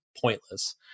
pointless